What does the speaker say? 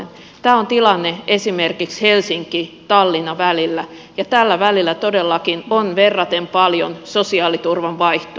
tämä on tilanne esimerkiksi helsinkitallinna välillä ja tällä välillä todellakin on verraten paljon sosiaaliturvan vaihtoa